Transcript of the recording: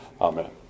Amen